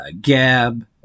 Gab